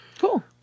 Cool